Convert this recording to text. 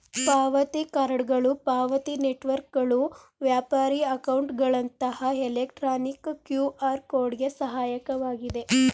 ಪಾವತಿ ಕಾರ್ಡ್ಗಳು ಪಾವತಿ ನೆಟ್ವರ್ಕ್ಗಳು ವ್ಯಾಪಾರಿ ಅಕೌಂಟ್ಗಳಂತಹ ಎಲೆಕ್ಟ್ರಾನಿಕ್ ಕ್ಯೂಆರ್ ಕೋಡ್ ಗೆ ಸಹಾಯಕವಾಗಿದೆ